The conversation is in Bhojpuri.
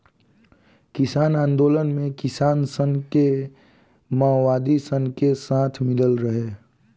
किसान आन्दोलन मे किसान सन के मओवादी सन के साथ मिलल रहे